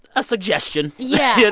a suggestion yeah.